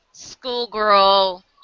schoolgirl